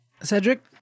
Cedric